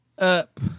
up